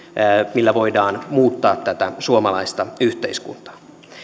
millä voidaan muuttaa tätä suomalaista yhteiskuntaa